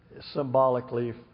symbolically